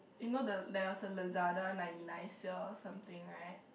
you know the there was a Lazada ninety nine sale or something right